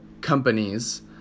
companies